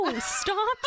stop